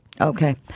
Okay